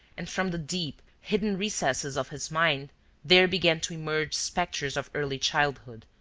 and from the deep, hidden recesses of his mind there began to emerge spectres of early childhood,